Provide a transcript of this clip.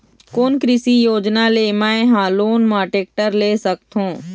कोन कृषि योजना ले मैं हा लोन मा टेक्टर ले सकथों?